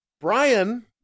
Brian